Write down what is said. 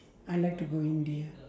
I like to go india